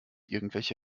irgendwelche